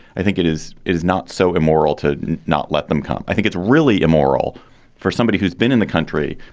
i think it is it is not so immoral to not let them come. i think it's really immoral for somebody who's been in the country,